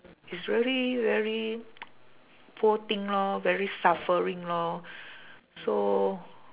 it's really very poor thing lor very suffering lor so